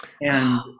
And-